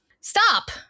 Stop